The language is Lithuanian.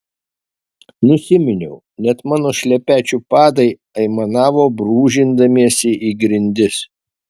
nusiminiau net mano šlepečių padai aimanavo brūžindamiesi į grindis